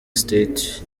state